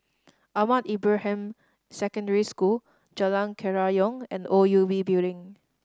Ahmad Ibrahim Secondary School Jalan Kerayong and O U B Building